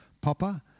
Papa